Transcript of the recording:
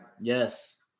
yes